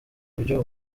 buryo